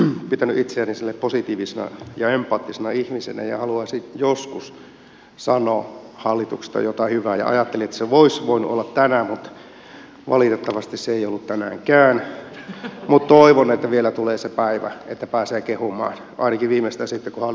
olen pitänyt itseäni silleen positiivisena ja empaattisena ihmisenä ja haluaisin joskus sanoa hallituksesta jotain hyvää ja ajattelin että se olisi voinut olla tänään mutta valitettavasti se ei ollut tänäänkään mutta toivon että vielä tulee se päivä että pääsee kehumaan ainakin viimeistään sitten kun hallitus vaihtuu